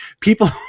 people